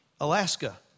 Alaska